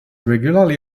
regularly